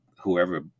whoever